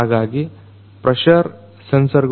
ಹಾಗಾಗಿ ಪ್ರೆಶರ್ ಸೆನ್ಸರ್ಗಳು